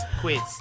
quiz